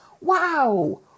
Wow